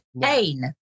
pain